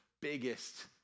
biggest